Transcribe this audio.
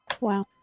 Wow